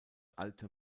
alte